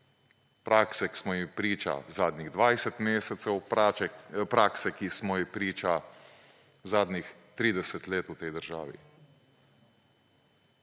prakse, ki smo ji priča zadnjih 20 mesecev, prakse, ki smo ji priča zadnjih 30 let v tej državi.